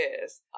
Yes